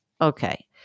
Okay